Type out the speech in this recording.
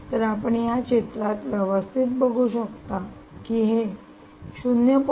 तर आपण या चित्रात व्यवस्थित बघू शकता की हे 0